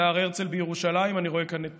בהר הרצל בירושלים, אני רואה כאן את